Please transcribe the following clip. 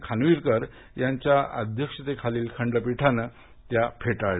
खानविलकर यांच्या अध्यक्षतेखालील खंडपीठानं त्या फेटाळल्या